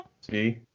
see